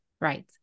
Right